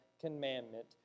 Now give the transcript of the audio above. commandment